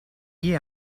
gli